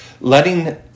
letting